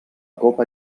copa